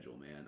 man